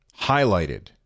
highlighted